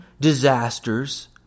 disasters